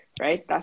right